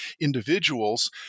individuals